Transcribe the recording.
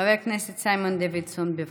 חבר הכנסת סיימון דוידסון, בבקשה.